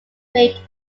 made